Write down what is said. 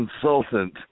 consultant